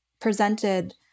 presented